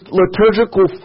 liturgical